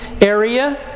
area